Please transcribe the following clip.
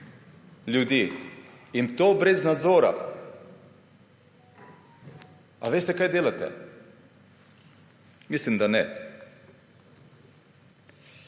ljudi, in to brez nadzora? Veste, kaj delate? Mislim, da ne.